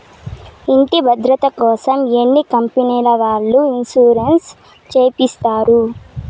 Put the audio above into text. ఇంటి భద్రతకోసం అన్ని కంపెనీల వాళ్ళు ఇన్సూరెన్స్ చేపిస్తారు